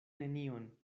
nenion